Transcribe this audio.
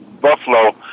Buffalo